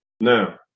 Now